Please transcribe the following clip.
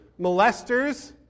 molesters